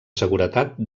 seguretat